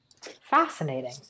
Fascinating